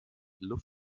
luft